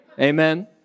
Amen